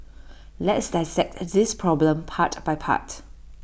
let's dissect this problem part by part